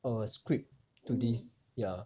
err script to this ya